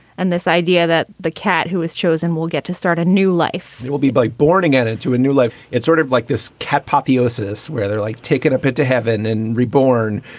and this idea that the cat who is chosen will get to start a new life it will be by boarding it into a new life. it's sort of like this cat apotheosis where they're like taking a pit to heaven and reborn,